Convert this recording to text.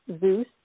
Zeus